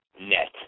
net